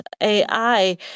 AI